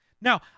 Now